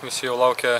visi jau laukia